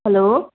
hello